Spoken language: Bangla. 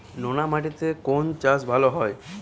নোনা মাটিতে কোন চাষ ভালো হয়?